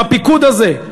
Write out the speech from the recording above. בפיקוד הזה.